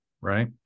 right